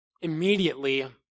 immediately